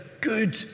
good